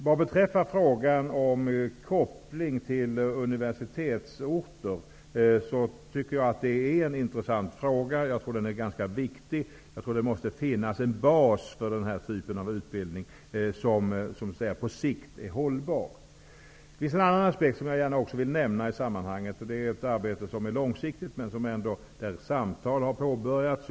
Vad beträffar frågan om en koppling till universitetsorter, tycker jag att den är intressant och viktig. Jag tror att det måste finnas en bas för den här typen av utbildning som är hållbar på sikt. Det finns en annan aspekt som jag också vill nämna i sammanhanget, och det är ett arbete som är långsiktigt men där samtal ändå har påbörjats.